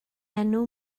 enw